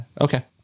Okay